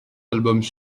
albums